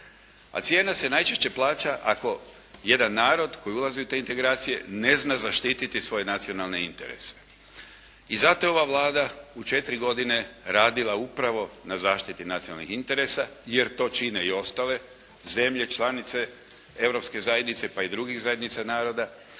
A cijena se najčešće plaća ako jedan narod koji ulazi u te integracije ne zna zaštititi svoje nacionalne interese. I zato je ova Vlada u 4 godine radila upravo na zaštiti nacionalnih interesa jer to čine i ostale zemlje članice Europske zajednice pa i drugih zajednica naroda.